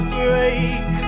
break